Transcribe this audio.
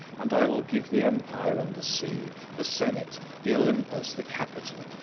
and i will give the empire and the sea, the senate, the olympus, the capitol,